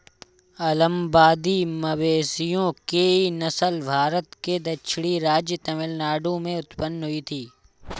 अलंबादी मवेशियों की नस्ल भारत के दक्षिणी राज्य तमिलनाडु में उत्पन्न हुई थी